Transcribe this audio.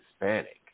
Hispanic